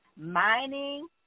mining